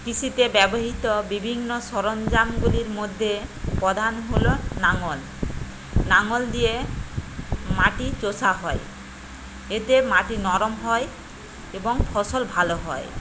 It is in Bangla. কৃষিতে ব্যবহৃত বিভিন্ন সরঞ্জামগুলির মধ্যে প্রধান হলো লাঙল লাঙল দিয়ে মাটি চোষা হয় এতে মাটি নরম হয় এবং ফসল ভালো হয়